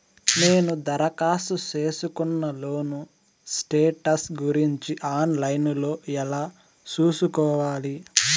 నేను దరఖాస్తు సేసుకున్న లోను స్టేటస్ గురించి ఆన్ లైను లో ఎలా సూసుకోవాలి?